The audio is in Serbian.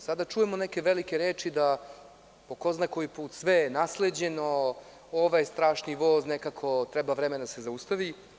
Sada čujemo neke velike reči, da po ko zna koji put sve je nasleđeno, ovaj strašni voz nekako treba vremena da se zaustavi.